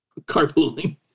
carpooling